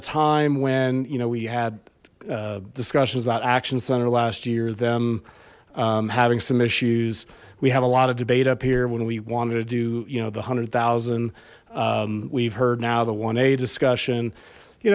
a time when you know we had discussions about action center last year them having some issues we have a lot of debate up here when we wanted to do you know the hundred thousand we've heard now the one a discussion you